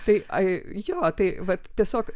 tai ai jo tai vat tiesiog